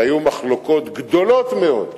שהיו מחלוקות גדולות מאוד,